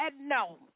no